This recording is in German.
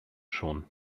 schon